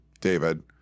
David